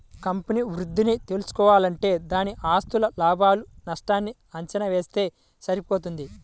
company వృద్ధిని తెల్సుకోవాలంటే దాని ఆస్తులు, లాభాలు నష్టాల్ని అంచనా వేస్తె సరిపోతది